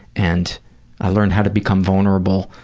and i learned how to become vulnerable,